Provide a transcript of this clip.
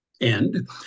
end